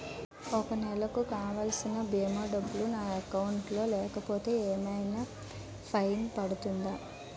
ఒక నెలకు కావాల్సిన భీమా డబ్బులు నా అకౌంట్ లో లేకపోతే ఏమైనా ఫైన్ పడుతుందా?